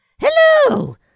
Hello